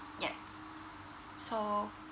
yes so